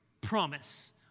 promise